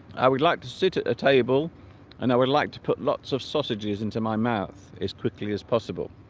i would like to sit at a table and i would like to put lots of sausages into my mouth as quickly as possible